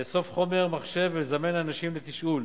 לאסוף חומר מחשב ולזמן אנשים לתשאול.